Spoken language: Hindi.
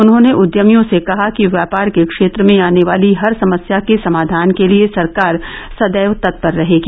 उन्होंने उद्यमियों से कहा कि व्यापार के क्षेत्र में आने वाली हर समस्या के समाधान के लिये सरकार सदैव तत्पर रहेगी